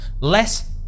less